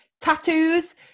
tattoos